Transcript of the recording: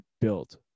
built